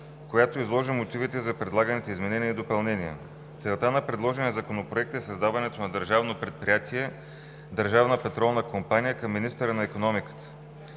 която изложи мотивите за предлаганите изменения и допълнения. Целта на предложения законопроект е създаването на Държавно предприятие „Държавна петролна компания“ към министъра на икономиката.